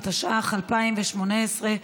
התשע"ח 2018,